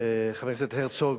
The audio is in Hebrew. חברי הכנסת הרצוג,